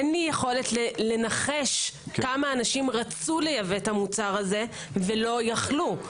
אין לי יכולת לנחש כמה אנשים רצו לייבא את המוצר הזה ולא יכלו.